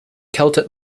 celtic